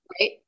Right